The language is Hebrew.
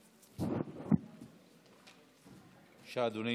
בבקשה, אדוני.